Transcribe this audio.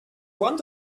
want